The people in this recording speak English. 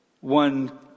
One